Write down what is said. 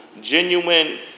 Genuine